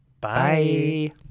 Bye